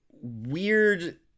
weird